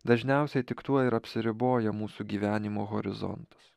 dažniausiai tik tuo ir apsiriboja mūsų gyvenimo horizontas